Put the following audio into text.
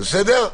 בסדר?